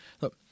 look